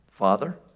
Father